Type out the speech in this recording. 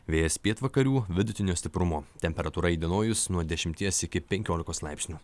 vėjas pietvakarių vidutinio stiprumo temperatūra įdienojus nuo dešimties iki penkiolikos laipsnių